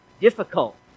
difficult